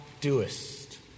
doest